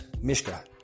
Mishka